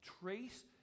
Trace